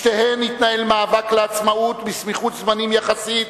בשתיהן התנהל מאבק לעצמאות, בסמיכות זמנים יחסית,